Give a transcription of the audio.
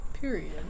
Period